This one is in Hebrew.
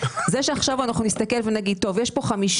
שזה שעכשיו אנחנו נסתכל ונגיד שיש כאן 50